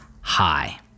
high